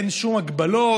אין שום הגבלות,